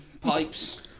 pipes